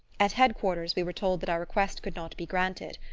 at head-quarters we were told that our request could not be granted.